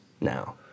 now